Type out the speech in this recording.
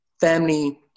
family